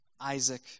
Isaac